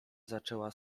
zaczęła